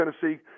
Tennessee